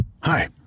Hi